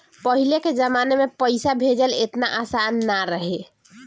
पहिले के जमाना में पईसा भेजल एतना आसान ना रहे